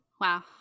Wow